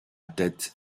tête